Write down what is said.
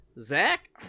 Zach